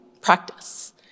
practice